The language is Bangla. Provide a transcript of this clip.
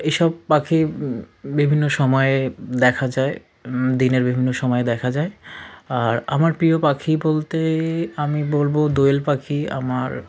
এইসব পাখি বিভিন্ন সময়ে দেখা যায় দিনের বিভিন্ন সময়ে দেখা যায় আর আমার প্রিয় পাখি বলতে আমি বলবো দোয়েল পাখি আমার